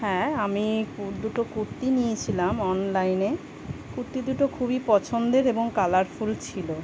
হ্যাঁ আমি দুটো কুর্তি নিয়েছিলাম অনলাইনে কুর্তি দুটো খুবই পছন্দের এবং কালারফুল ছিলো